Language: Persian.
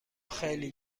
خیلی